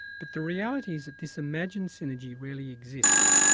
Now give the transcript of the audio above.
but the reality is that this imagined synergy rarely exists.